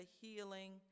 healing